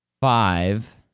five